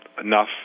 enough